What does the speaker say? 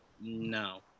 no